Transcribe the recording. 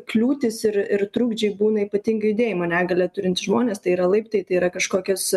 kliūtis ir ir trukdžiai būna ypatingai judėjimo negalią turintys žmonės tai yra laiptai tai yra kažkokios